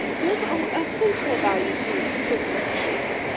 there's a sensual value to to cooking for sure.